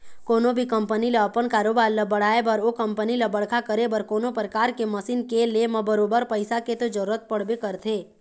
कोनो भी कंपनी ल अपन कारोबार ल बढ़ाय बर ओ कंपनी ल बड़का करे बर कोनो परकार के मसीन के ले म बरोबर पइसा के तो जरुरत पड़बे करथे